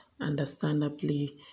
understandably